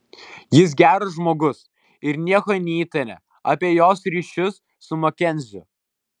jis geras žmogus ir nieko neįtaria apie jos ryšius su makenziu